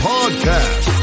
Podcast